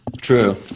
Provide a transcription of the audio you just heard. True